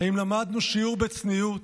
האם למדנו שיעור בצניעות?